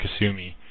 Kasumi